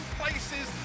places